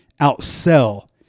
outsell